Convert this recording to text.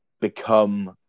become